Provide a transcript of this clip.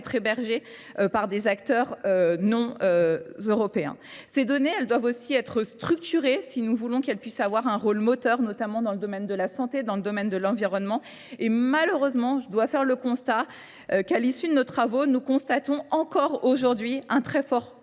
être hébergées par des acteurs non européens. Ces données doivent aussi être structurées si nous voulons qu'elles puissent avoir un rôle moteur, le moteur, notamment dans le domaine de la santé, dans le domaine de l'environnement. Et malheureusement, je dois faire le constat qu'à l'issue de nos travaux, nous constatons encore aujourd'hui un très fort